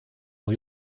new